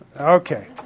Okay